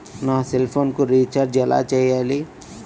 నా సెల్ఫోన్కు రీచార్జ్ ఎలా చేయాలి?